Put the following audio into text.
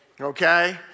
okay